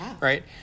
right